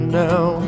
now